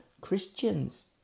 Christians